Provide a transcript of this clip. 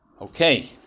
Okay